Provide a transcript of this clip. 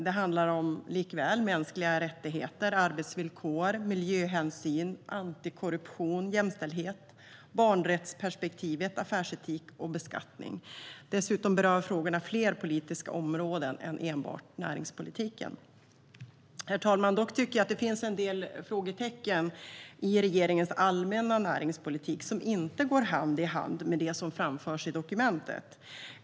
Det handlar om mänskliga rättigheter, arbetsvillkor, miljöhänsyn, antikorruption, jämställdhet, barnrättsperspektivet, affärsetik och beskattning. Dessutom berör frågorna fler politiska områden än enbart näringspolitiken. Herr talman! Dock tycker jag att det finns en del frågetecken i regeringens allmänna näringspolitik som inte går hand i hand med det som framförs i dokumentet.